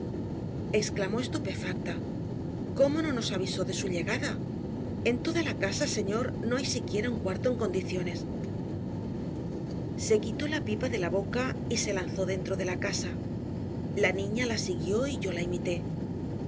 exclamó estupefacta cómo no nos avisó de su llegada en toda la casa señor no hay siquiera un cuarto en condiciones se quitó la pipa de la boca y se lanzó dentro de la casa la niña la siguió y yo la imité